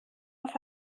auf